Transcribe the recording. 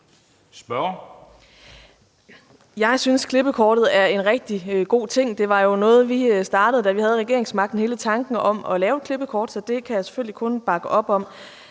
Jeg synes, at klippekortet er en rigtig god ting. Det var jo noget, vi startede, da vi havde regeringsmagten, altså hele tanken om at lave et klippekort – så det kan jeg selvfølgelig kun bakke op om.